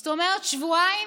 זאת אומרת שבועיים